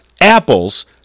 apples